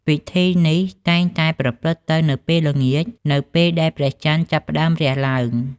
ពិធីនេះតែងតែប្រព្រឹត្តទៅនៅពេលល្ងាច នៅពេលដែលព្រះច័ន្ទចាប់ផ្តើមរះឡើង។